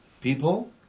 people